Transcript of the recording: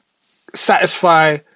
satisfy